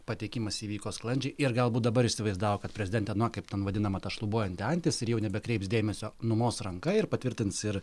patekimas įvyko sklandžiai ir galbūt dabar įsivaizdavo kad prezidentė na kaip ten vadinama ta šlubuojanti antis ir jau nebekreips dėmesio numos ranka ir patvirtins ir